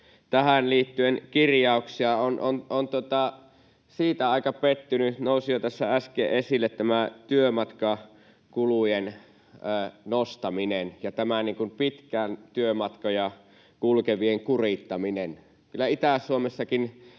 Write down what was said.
tähän liittyen kirjauksia. Olen aika pettynyt siihen, mikä nousi jo tässä äsken esille, tämä työmatkakulujen nostaminen ja tämä pitkiä työmatkoja kulkevien kurittaminen. Kyllä Itä-Suomessakin